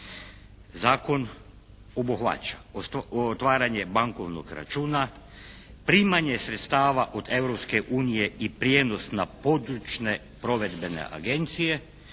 Zakon obuhvaća: otvaranje bankovnog računa, primanje sredstava od Europske unije i prijenos na područne provedbene agencije,